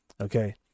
okay